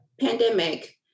pandemic